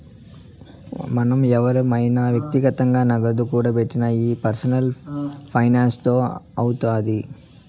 మనం ఎవురమైన వ్యక్తిగతంగా నగదు కూడబెట్టిది ఈ పర్సనల్ ఫైనాన్స్ తోనే అవుతాది